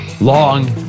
Long